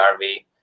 rv